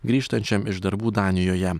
grįžtančiam iš darbų danijoje